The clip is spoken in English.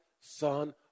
Son